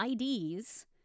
IDs